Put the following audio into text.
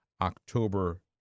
October